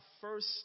first